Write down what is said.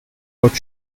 out